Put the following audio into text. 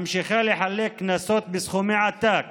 ממשיכה לחלק קנסות בסכומי עתק